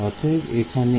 অতএব এখানে x1 0